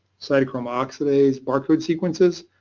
cytochrome oxidase bar code sequences.